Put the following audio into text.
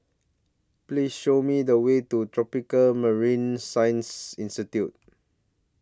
Please Show Me The Way to Tropical Marine Science Institute